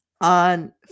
on